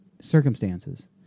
circumstances